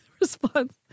response